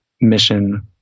mission